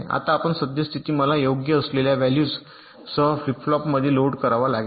आतां माझें सद्य स्थिती मला येथे योग्य असलेल्या व्हॅल्यूजसह फ्लिप फ्लॉप लोड करावा लागेल